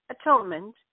atonement